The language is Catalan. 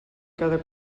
cada